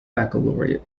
baccalaureate